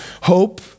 hope